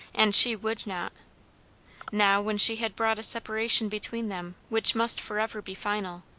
and she would not now when she had brought a separation between them which must forever be final.